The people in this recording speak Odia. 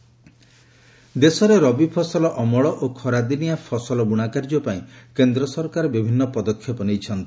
ରବିଫସଲ ଦେଶରେରବି ଫସଲ ଅମଳ ଓ ଖରାଦିନିଆ ଫସଲ ବୁଶା କାର୍ଯ୍ୟପାଇଁ କେନ୍ଦ୍ର ସରକାର ବିଭିନ୍ନ ପଦକ୍ଷେପ ନେଇଛନ୍ତି